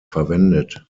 verwendet